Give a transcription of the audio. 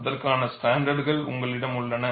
அதற்கான ஸ்டாண்டர்டுகள் உங்களிடம் உள்ளன